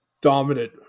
dominant